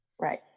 Right